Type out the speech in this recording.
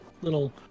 little